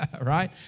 right